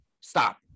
stop